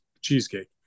cheesecake